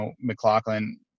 McLaughlin